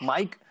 Mike